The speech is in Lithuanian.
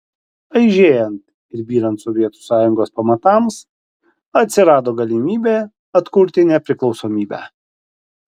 aižėjant ir byrant sovietų sąjungos pamatams atsirado galimybė atkurti nepriklausomybę